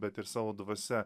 bet ir savo dvasia